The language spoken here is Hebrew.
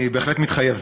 אני בהחלט מתחייב.